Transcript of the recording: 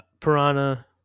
Piranha